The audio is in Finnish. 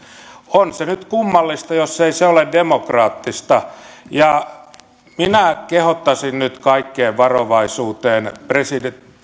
on se nyt kummallista jos ei se ole demokraattista minä kehottaisin nyt kaikkeen varovaisuuteen presidentti